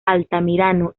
altamirano